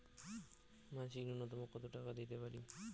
মাসিক নূন্যতম কত টাকা দিতে পারি?